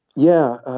yeah.